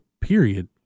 period